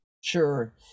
sure